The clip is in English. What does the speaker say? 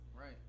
right